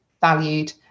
valued